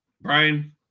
Brian